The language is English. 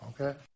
Okay